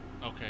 Okay